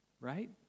Right